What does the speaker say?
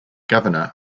governor